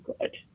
good